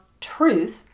truth